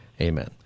amen